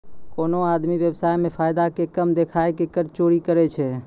कोनो आदमी व्य्वसाय मे फायदा के कम देखाय के कर चोरी करै छै